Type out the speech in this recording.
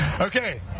Okay